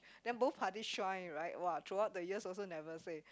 then both parties shy right [wah] throughout the years also never say